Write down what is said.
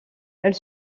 elle